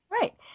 Right